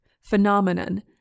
phenomenon